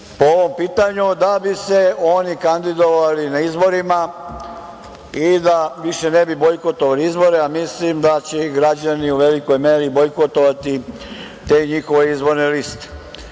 po ovom pitanju da bi se oni kandidovali na izborima i da više ne bi bojkotovali izbore, a mislim da će građani u velikoj meri bojkotovati te njihove izborne